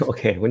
Okay